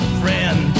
friend